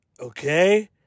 okay